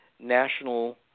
national